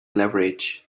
leverage